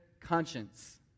conscience